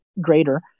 greater